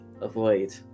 avoid